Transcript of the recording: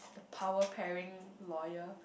power pairing lawyer